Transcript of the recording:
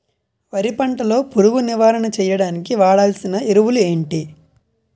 వరి పంట లో పురుగు నివారణ చేయడానికి వాడాల్సిన ఎరువులు ఏంటి?